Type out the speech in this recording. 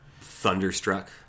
Thunderstruck